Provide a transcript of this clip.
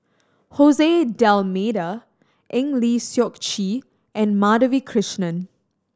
D'Almeida Eng Lee Seok Chee and Madhavi Krishnan